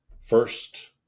first